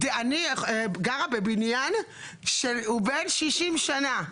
אני גרה בבניין שהוא בן 60 שנה,